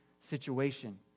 situation